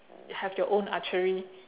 have your own archery